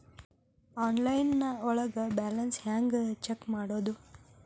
Online ಒಳಗೆ balance ಹ್ಯಾಂಗ check ಮಾಡೋದು?